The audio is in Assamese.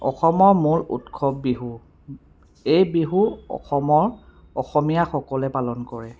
অসমৰ মূল উৎসৱ বিহু এই বিহু অসমৰ অসমীয়াসকলে পালন কৰে